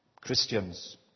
Christians